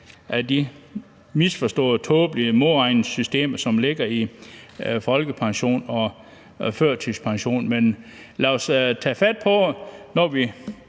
af de misforståede og tåbelige modregningssystemer, som der ligger i forhold til folkepension og førtidspension. Men lad os tage fat på det, når vi